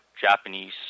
Japanese